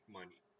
money